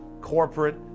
corporate